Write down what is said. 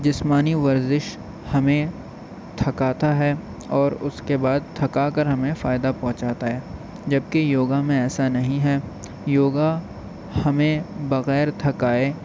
جسمانی ورزش ہمیں تھکاتا ہے اور اس کے بعد تھکا کر ہمیں فائدہ پہنچاتا ہے جب کہ یوگا میں ایسا نہیں ہے یوگا ہمیں بغیر تھکائے